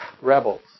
rebels